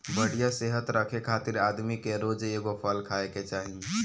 बढ़िया सेहत रखे खातिर आदमी के रोज एगो फल खाए के चाही